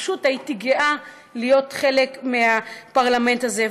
ופשוט הייתי גאה להיות חלק מהפרלמנט הזה.